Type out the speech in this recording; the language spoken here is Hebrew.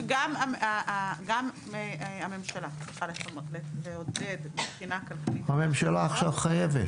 שגם הממשלה צריכה לעודד מבחינה כלכלית --- הממשלה עכשיו חייבת.